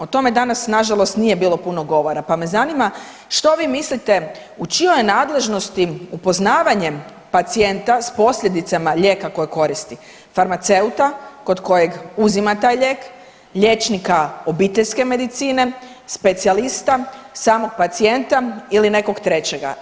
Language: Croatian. O tome danas nažalost nije bilo puno govora, pa me zanima što vi mislite u čijoj je nadležnosti upoznavanje pacijenta s posljedicama lijeka koje koristi, farmaceuta kod kojeg uzima taj lijek, liječnika obiteljske medicine, specijalista, samog pacijenta ili nekog trećega?